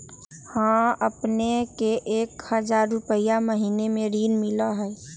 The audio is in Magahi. हां अपने के एक हजार रु महीने में ऋण मिलहई?